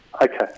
Okay